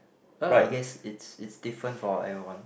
well I guess it's it's different for everyone